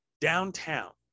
downtown